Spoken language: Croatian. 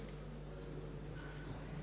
Hvala